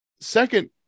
second